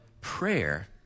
prayer